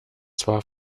zwar